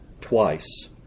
Twice